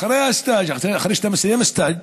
אחרי שאתה מסיים סטאז',